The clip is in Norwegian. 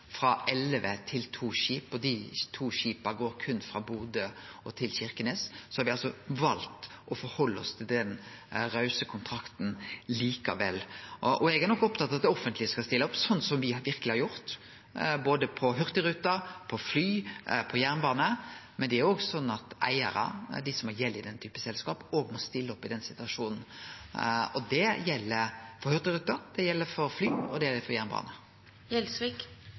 frå elleve til to skip, og dei to skipa går berre frå Bodø til Kirkenes, har me likevel valt å halde oss til den rause kontrakten. Eg er opptatt av at det offentlege skal stille opp, slik me verkeleg har gjort både når det gjeld Hurtigruten, fly og jernbane. Men det er òg slik at eigarar, dei som har gjeld i den typen selskap, òg må stille opp i denne situasjonen. Det gjeld for Hurtigruten, for fly og for jernbane. Hurtigruten lider jo store tap underveis i